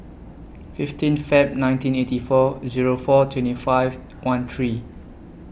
fifteen Feb nineteen eighty four Zero four twenty five one three